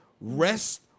rest